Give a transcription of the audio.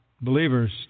believers